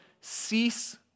cease